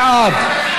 49 בעד,